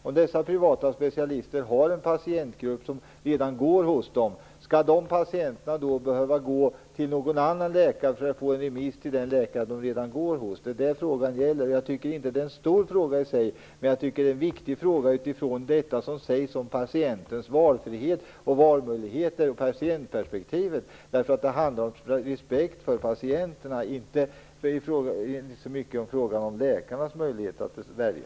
Om dessa har en patientgrupp som redan går hos dem, skall de patienterna då behöva gå till någon annan läkare för att få en remiss till den specialistläkare som de redan går hos? Det är det som frågan gäller. Det är ingen stor fråga i sig, men jag tycker att det är en viktig fråga utifrån det som sägs om patientens valfrihet och valmöjlighet. Det handlar om att man skall ha respekt för patienterna, inte så mycket om läkarnas möjligheter att välja.